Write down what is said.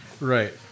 right